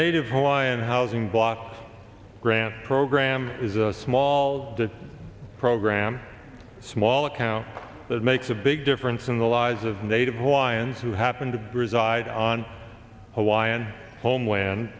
native hawaiian housing block grant program is a small program small account that makes a big difference in the lives of native hawaiians who happen to reside on a wire and homeland